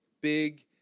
big